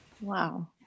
Wow